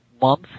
month